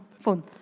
phone